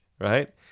right